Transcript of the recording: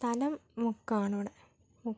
സ്ഥലം മുക്കമാണിവിടെ മുക്കം